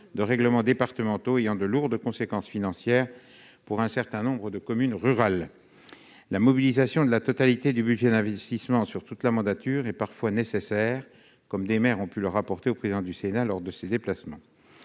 de règlements départementaux ayant de lourdes conséquences financières pour un certain nombre de communes rurales. La mobilisation de la totalité du budget d'investissement sur toute la mandature est parfois nécessaire, comme nombre de maires ont pu le signaler au président du Sénat lors de ses déplacements.